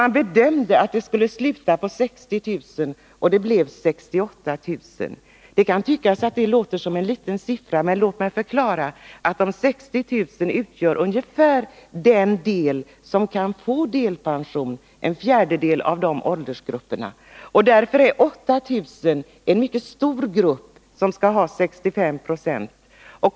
Man bedömde att antalet ansökningar skulle bli 60 000, och det blev 68 000. Det kan tyckas vara en liten skillnad, men det är det inte mot bakgrund av att 60 000 utgör ungefär en fjärdedel av de åldersgrupper som kan få delpension. Med hänsyn till det är ytterligare 8 000 en mycket stor grupp, och den har en kompensationsnivå på 65 96.